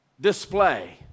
display